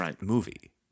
movie